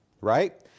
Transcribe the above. right